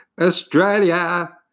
Australia